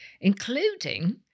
including